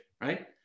right